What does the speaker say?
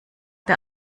der